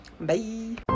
Bye